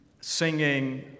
singing